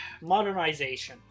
modernization